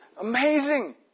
amazing